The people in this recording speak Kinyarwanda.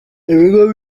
ibigo